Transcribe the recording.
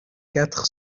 quatre